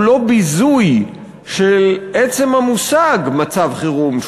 האם הדבר הזה הוא לא ביזוי של עצם המושג מצב חירום?